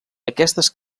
aquestes